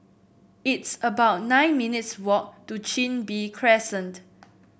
it's about nine minutes' walk to Chin Bee Crescent